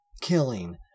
killing